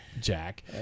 Jack